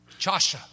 Chasha